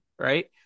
right